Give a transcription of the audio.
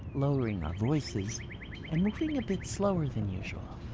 lowering our voices and moving a bit slower than usual